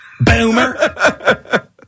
Boomer